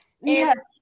Yes